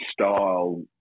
style